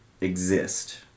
exist